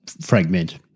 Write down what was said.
fragment